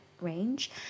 range